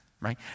right